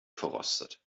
verrostet